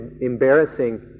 embarrassing